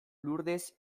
lurdes